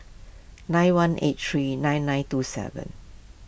nine one eight three nine nine two seven